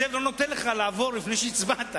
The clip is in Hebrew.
המחשב לא נותן לך לעבור לפני שהצבעת,